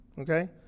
Okay